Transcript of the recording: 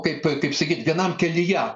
kaip kaip sakyt vienam kelyje